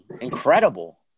Incredible